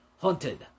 Haunted